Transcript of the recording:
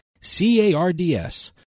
C-A-R-D-S